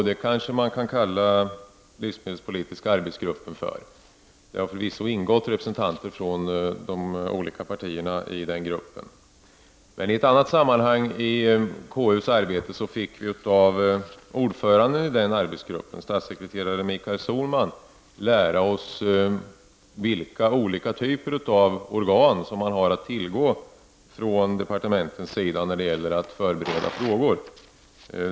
Det kanske man kan kalla livsmedelspolitiska arbetsgruppen för. Det har förvisso ingått representanter för de olika partierna i den arbetsgruppen. Men i ett annat sammanhang i KUs arbete fick vi av ordföranden i den gruppen, statssekreterare Michael Sohlman, lära oss vilka olika typer av organ som departementen har att tillgå när det gäller att förbereda frågor.